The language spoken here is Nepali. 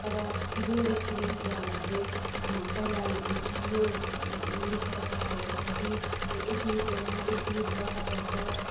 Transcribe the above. तर जो रेस्टुरेन्ट वालाहरूले पहिला यो लेखेर पठाएको हुन्छ कि यति रुपियाँमा यति पैसा पाउँछ